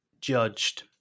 judged